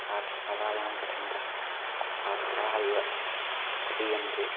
पाठशालायां पठन्तः छात्राः इव प्रतीयन्ते